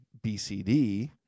BCD